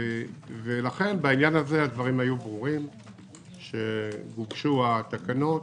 לכן בעניין הזה הדברים היו ברורים וגובשו התקנות